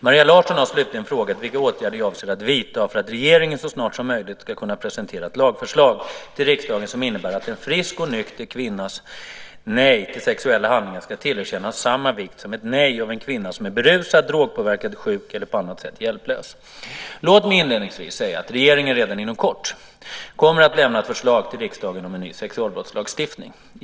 Maria Larsson har slutligen frågat vilka åtgärder jag avser att vidta för att regeringen så snart som möjligt ska kunna presentera ett lagförslag till riksdagen som innebär att en frisk och nykter kvinnas nej till sexuella handlingar ska tillerkännas samma vikt som ett nej av en kvinna som är berusad, drogpåverkad, sjuk eller på annat sätt hjälplös. Låt mig inledningsvis säga att regeringen redan inom kort kommer att lämna ett förslag till riksdagen om en ny sexualbrottslagstiftning.